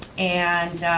and